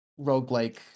roguelike